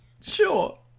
Sure